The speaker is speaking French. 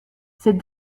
ces